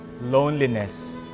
loneliness